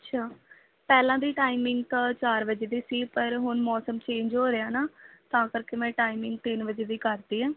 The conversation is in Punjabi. ਅੱਛਾ ਪਹਿਲਾਂ ਦੀ ਟਾਈਮਿੰਗ ਚਾਰ ਵਜੇ ਦੀ ਸੀ ਪਰ ਹੁਣ ਮੌਸਮ ਚੇਂਜ ਹੋ ਰਿਹਾ ਨਾ ਤਾਂ ਕਰਕੇ ਮੈਂ ਟਾਈਮਿੰਗ ਤਿੰਨ ਵਜੇ ਦੀ ਕਰਤੀ ਆ